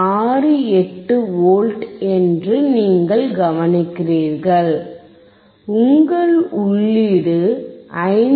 68 V என்று நீங்கள் கவனிக்கிறீர்கள் உங்கள் உள்ளீடு 5